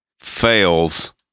fails